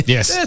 Yes